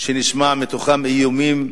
שנשמעו מתוכם איומים,